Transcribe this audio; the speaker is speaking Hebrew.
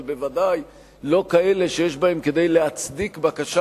אבל בוודאי לא כאלה שיש בהם כדי להצדיק בקשה